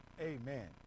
Amen